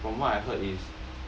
from what I heard is